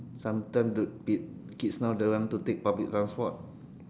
sometime the kid kids now don't want to take public transport